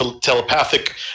telepathic